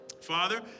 Father